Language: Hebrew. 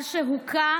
על שהוכה